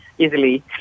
Easily